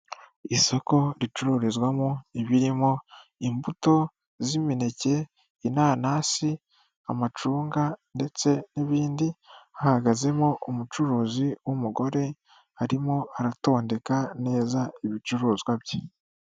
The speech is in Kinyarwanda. Isoko ricururizwamo ibirimo imbuto z'imineke, inanasi, amacunga ndetse n'ibindi hagazemo umucuruzi w'umugore arimo aratondeka neza ibicuruzwa bye.